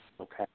Okay